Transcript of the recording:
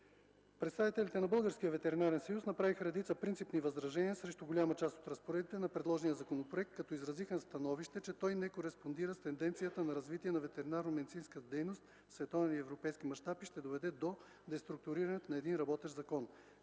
Представителите на Българския ветеринарен съюз направиха редица принципни възражения срещу голяма част от разпоредбите на предложения законопроект, като изразиха становище, че той не кореспондира с тенденцията на развитие на ветеринарномедицинската дейност в световен и европейски мащаб и ще доведе до деструктурирането на един работещ закон.